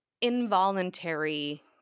involuntary